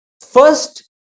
first